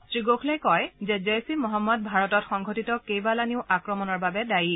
শ্ৰীগোখলেই কয় যে জেইছ ই মহম্মদ ভাৰতত সংঘটিত কেইবালানিও আক্ৰমণৰ বাবে দায়ী